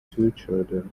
featured